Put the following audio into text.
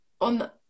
On